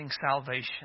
salvation